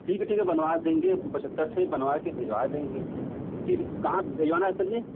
ठीक है ठीक है बनवा देंगे आपको पचहत्तर से ही बनवाकर भिजवा देंगे किस कहाँ भिजवाना है सर जी